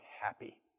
happy